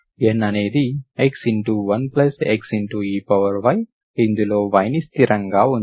N అనేది x1 x ey ఇందులో y0 ను స్థిరంగా ఉంచుతాను